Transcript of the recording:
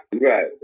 Right